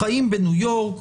חיים בניו יורק,